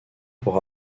pour